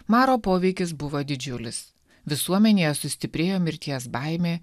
maro poveikis buvo didžiulis visuomenėje sustiprėjo mirties baimė